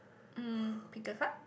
um pick a card